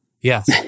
Yes